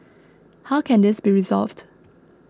how can this be resolved